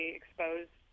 exposed